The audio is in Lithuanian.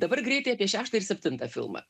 dabar greitai apie šeštą ir septintą filmą